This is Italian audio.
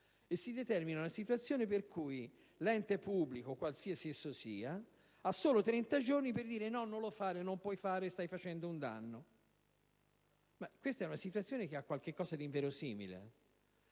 e si determina una situazione per cui l'ente pubblico, qualsiasi esso sia, ha solo 30 giorni per dirle di non proseguire poiché sta facendo un danno. Questa situazione ha qualcosa di inverosimile.